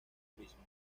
turismo